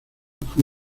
fue